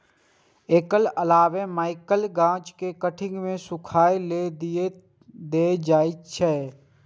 एकर अलावे मकइक गाछ कें काटि कें सूखय लेल दए देल जाइ छै